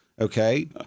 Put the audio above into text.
Okay